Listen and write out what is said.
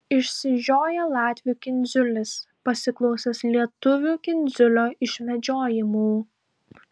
išsižioja latvių kindziulis pasiklausęs lietuvių kindziulio išvedžiojimų